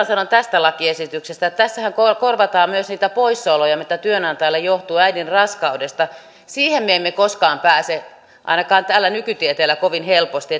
sanon tästä lakiesityksestä että tässähän korvataan myös niitä poissaoloja mitä työnantajalle tulee äidin raskaudesta siihen me emme koskaan pääse ainakaan tällä nykytieteellä kovin helposti